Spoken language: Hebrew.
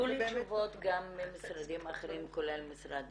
היו לי תשובות גם ממשרדים אחרים כולל משרד